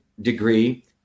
degree